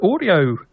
audio